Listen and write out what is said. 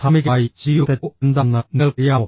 ധാർമ്മികമായി ശരിയോ തെറ്റോ എന്താണെന്ന് നിങ്ങൾക്കറിയാമോ